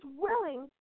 willing